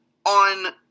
On